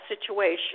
situation